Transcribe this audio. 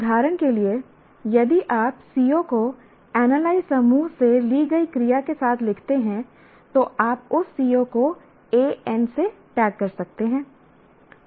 उदाहरण के लिए यदि आप CO को एनालाइज समूह से ली गई क्रिया के साथ लिखते हैं तो आप उस CO को An से टैग कर सकते हैं